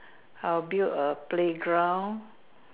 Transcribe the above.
I'll build a playground